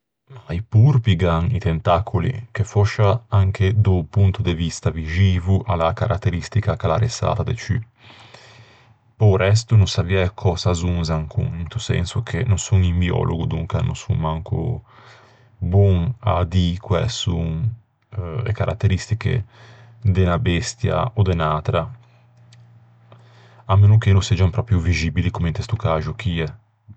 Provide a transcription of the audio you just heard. I porpi gh'an i tentacoli, che fòscia anche da-o ponto de vista vixivo a l'é a caratteristica ch'a l'arresata de ciù. Pe-o resto no saviæ cös'azzonze ancon, into senso che no son un biòlogo, donca no son manco bon à dî quæ son e caratteristiche de unna bestia ò de unn'atra, à meno che no seggian pròpio vixibili comme inte sto caxo chie.